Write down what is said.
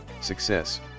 Success